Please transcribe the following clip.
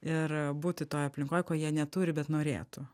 ir būti toj aplinkoj ko jie neturi bet norėtų